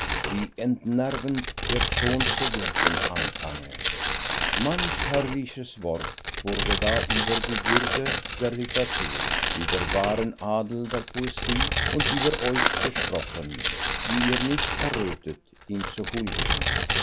wie entnervend er schon zu wirken anfange manch herrliches wort wurde da über die würde der literatur über wahren adel der poesie und über euch gesprochen die ihr nicht errötet ihm zu huldigen